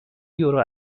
یورو